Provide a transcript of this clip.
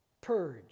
Purge